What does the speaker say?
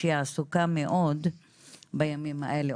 שהיא עסוקה מאוד בימים האלה,